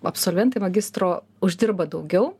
absolventai magistro uždirba daugiau